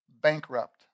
bankrupt